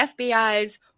FBI's